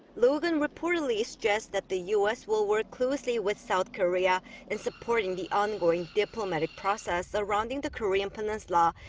logan reportedly stressed that the u s. will work closely with south korea in supporting the ongoing diplomatic process surrounding the korean peninsula.